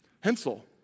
Hensel